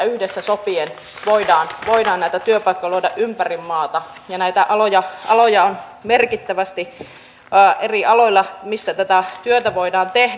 yhdessä sopien voidaan näitä työpaikkoja luoda ympäri maata ja näitä on merkittävästi eri aloilla missä tätä työtä voidaan tehdä